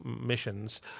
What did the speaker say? missions